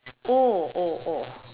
oh oh oh